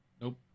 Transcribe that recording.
Nope